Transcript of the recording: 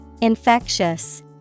Infectious